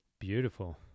Beautiful